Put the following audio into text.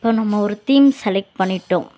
இப்போ நம்ம ஒரு தீம் செலெக்ட் பண்ணிவிட்டோம்